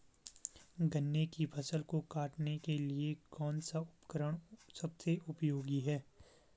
गन्ने की फसल को काटने के लिए कौन सा उपकरण सबसे उपयोगी है?